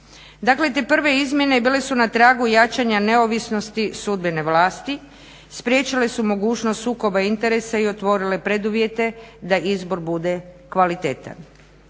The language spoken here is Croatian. Dakle te prve izmjene bile su na tragu jačanja neovisnosti sudbene vlasti, spriječile su mogućnost sukoba interesa i otvorile preduvjete da izbor bude kvalitetan.